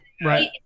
right